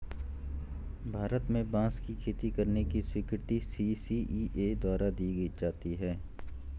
भारत में बांस की खेती करने की स्वीकृति सी.सी.इ.ए द्वारा दी जाती है